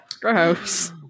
gross